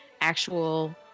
actual